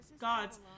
gods